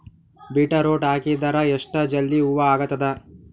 Beetroot ಹಾಕಿದರ ಎಷ್ಟ ಜಲ್ದಿ ಹೂವ ಆಗತದ?